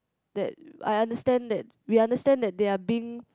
that I understand that we understand that they are being